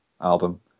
album